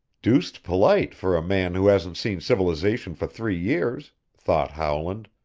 deuced polite for a man who hasn't seen civilization for three years, thought howland,